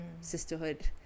sisterhood